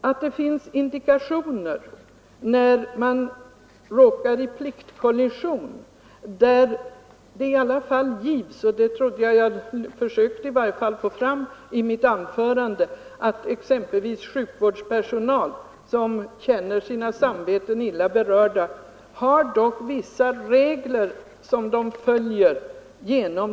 Att det finns indikationer för abort innebär — jag försökte att få fram det i mitt anförande — att sjukvårdspersonal, som råkar i en konfliktsituation och känner sig illa berörda i sitt samvete, ändå har vissa regler att följa.